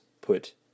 put